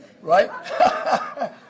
right